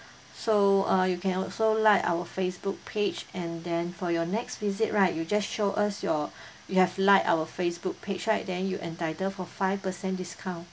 so uh you can also like our facebook page and then for your next visit right you just show us your you have liked our facebook page right then you entitled for five percent discount